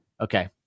Okay